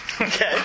Okay